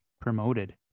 promoted